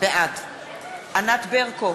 בעד ענת ברקו,